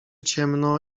ciemno